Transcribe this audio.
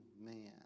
man